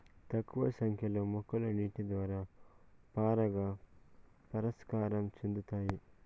తక్కువ సంఖ్య లో మొక్కలు నీటి ద్వారా పరాగ సంపర్కం చెందుతాయి